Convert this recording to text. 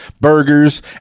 burgers